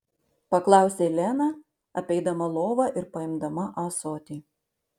paklausė lena apeidama lovą ir paimdama ąsotį